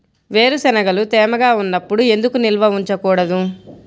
వేరుశనగలు తేమగా ఉన్నప్పుడు ఎందుకు నిల్వ ఉంచకూడదు?